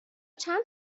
چند